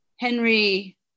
Henry